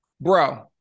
Bro